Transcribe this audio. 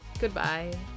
Goodbye